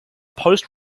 post